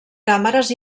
càmeres